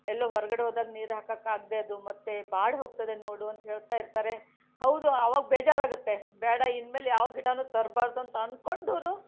ಎಲ್ಲೋ ಹೊರಗಡೆ ಹೋದಾಗ ನೀರು ಹಾಕಕ್ಕಾಗದೆ ಅದು ಮತ್ತೆ ಬಾಡಿ ಹೋಗ್ತದೆ ನೋಡು ಅಂತ ಹೇಳ್ತಾ ಇರ್ತಾರೆ ಹೌದು ಅವಾಗ ಬೇಜಾರಾಗುತ್ತೆ ಬೇಡ ಇನ್ನು ಮೇಲೆ ಯಾವ ಗಿಡಾನೂ ತರಬಾರದು ಅಂತ ಅನ್ಕೊಂಡರೂ